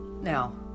Now